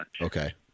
Okay